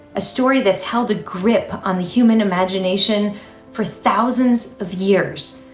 a story that's held a grip on the human imagination for thousands of years.